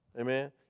Amen